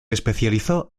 especializó